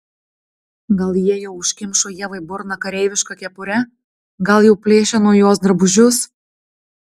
gal jie jau užkimšo ievai burną kareiviška kepure gal jau plėšia nuo jos drabužius